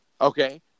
Okay